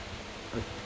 uh